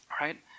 right